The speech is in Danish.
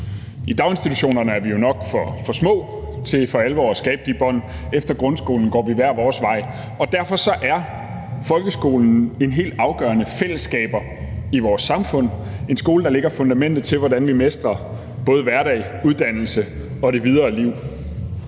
I daginstitutionerne er vi jo nok for små til for alvor at skabe de bånd, og efter grundskolen går vi hver vores vej. Derfor er folkeskolen en helt afgørende fællesskabsfaktor i vores samfund – en skole, der lægger fundamentet til, hvordan vi mestrer både hverdag, uddannelse og det videre liv.